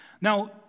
Now